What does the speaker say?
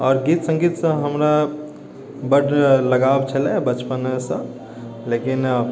आओर गीत सङ्गीतसँ हमरा बड्ड लगाव छलेह बचपनेसँ लेकिन